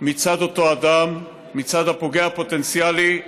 מצד אותו אדם, מצד הפוגע הפוטנציאלי,